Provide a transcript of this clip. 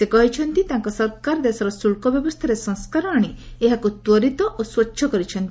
ସେ କହିଛନ୍ତି ତାଙ୍କ ସରକାର ଦେଶର ଶ୍ରଳ୍କ ବ୍ୟବସ୍ଥାରେ ସଂସ୍କାର ଆଣି ଏହାକୁ ତ୍ୱରିତ ଓ ସ୍ୱଚ୍ଛ କରିଛନ୍ତି